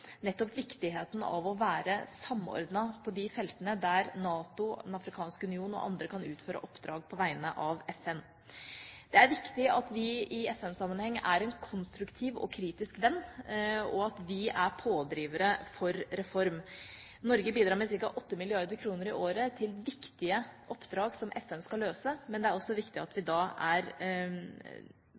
nettopp viktigheten av å være samordnet på de feltene der NATO, Den afrikanske union og andre kan utføre oppdrag på vegne av FN. Det er viktig at vi i FN-sammenheng er en konstruktiv og kritisk venn, og at vi er pådrivere for reform. Norge bidrar med ca. 8 mrd. kr i året til viktige oppdrag som FN skal løse, men det er også viktig at vi da er